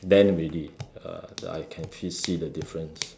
then already uh I can actually see the difference